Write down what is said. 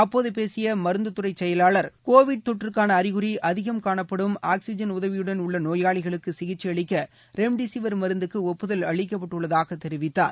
அப்போது பேசிய மருந்து துறை செயலாளர் கோவிட் தொற்றுக்கான அறிகுறி அதிகம் காணப்படும் ஆக்சிஐன் உதவியுடன் உள்ள நோயாளிகளுக்கு சிகிச்சை அளிக்க ரெம்டிசிவர் மருந்துக்கு டிட்புதல் அளிக்கப்பட்டுள்ளதாக தெரிவித்தார்